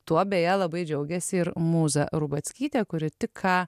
tuo beje labai džiaugiasi ir mūza rubackytė kuri tik ką